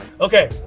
Okay